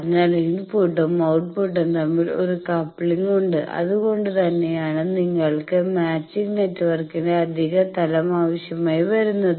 അതിനാൽ ഇൻപുട്ടും ഔട്ട്പുട്ടും തമ്മിൽ ഒരു കപ്ലിംഗ് ഉണ്ട് അതുകൊണ്ടുതന്നെയാണ് നിങ്ങൾക്ക് മാച്ചിങ് നെറ്റ്വർക്കിന്റെ അധിക തലം ആവശ്യമായി വരുന്നത്